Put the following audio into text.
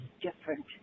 different